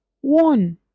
one